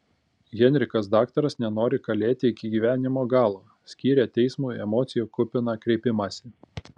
henrikas daktaras nenori kalėti iki gyvenimo galo skyrė teismui emocijų kupiną kreipimąsi